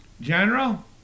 General